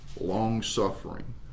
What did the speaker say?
Long-suffering